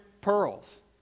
pearls